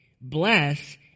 Bless